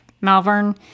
Malvern